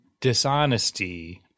dishonesty